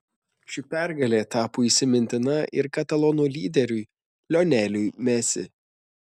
ši pergalė tapo įsimintina ir katalonų lyderiui lioneliui messi